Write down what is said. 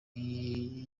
iyi